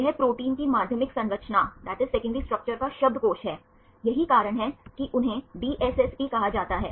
यह प्रोटीन की माध्यमिक संरचना का शब्दकोश है यही कारण है कि उन्हें DSSP कहा जाता है